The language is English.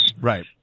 Right